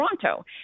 Toronto